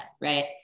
right